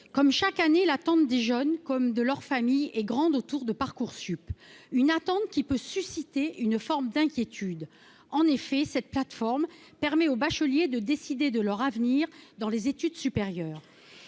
comme chaque année, l'attente des jeunes et de leur famille vis-à-vis de Parcoursup est grande et peut susciter une forme d'inquiétude. En effet, cette plateforme permet aux bacheliers de décider de leur avenir dans les études supérieures.